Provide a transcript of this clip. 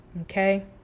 okay